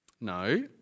No